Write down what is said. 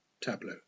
Tableau